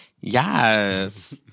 Yes